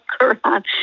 Quran